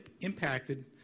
impacted